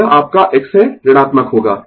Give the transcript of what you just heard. तो यह आपका X है ऋणात्मक होगा